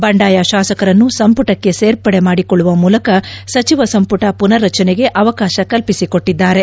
ಬಂಡಾಯ ಶಾಸಕರನ್ನು ಸಂಪುಟಕ್ಕೆ ಸೇರ್ಪಡೆ ಮಾದಿಕೊಳ್ಳುವ ಮೂಲಕ ಸಚಿವ ಸಂಪುಟ ಪುನರ್ರಚನೆಗೆ ಅವಕಾಶ ಕಲ್ಪಿಸಿಕೊಟ್ಟಿದ್ದಾರೆ